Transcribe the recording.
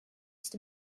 ist